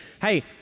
Hey